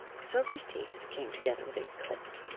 sophy's teeth came together with a click.